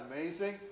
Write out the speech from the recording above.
amazing